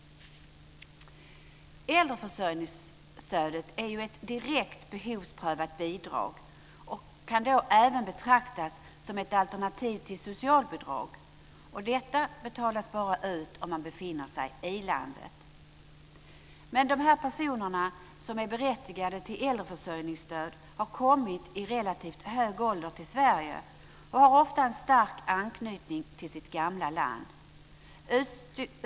Äldreförsörjningsstödet är ju ett direkt, behovsprövat bidrag och kan då även betraktas som ett alternativ till socialbidrag. Detta betalas ut bara om man befinner sig i landet. De personer som är berättigade till äldreförsörjningsstöd har kommit i relativt hög ålder till Sverige och har ofta en stark anknytning till sitt gamla land.